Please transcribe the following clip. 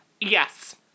Yes